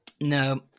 No